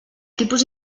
tipus